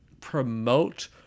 promote